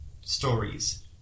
stories